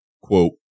quote